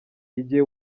igihe